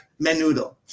menudo